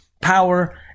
power